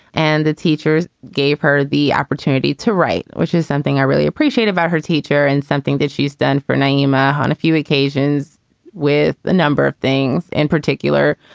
and the teachers gave her the opportunity to write, which is something i really appreciate about her teacher and something that she's done for naima on a few occasions with the number of things in particular,